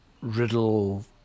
riddle